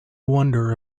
wonder